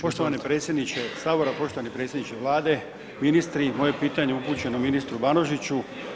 Poštovani predsjedniče sabora, poštovani predsjedniče Vlade, ministri, moje pitanje upućeno ministru Banožiću.